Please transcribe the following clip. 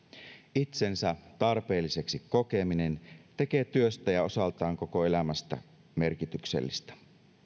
itsensä tarpeelliseksi kokeminen tekee työstä ja osaltaan koko elämästä merkityksellistä